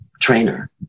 trainer